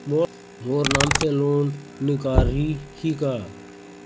मोर नाम से लोन निकारिही का?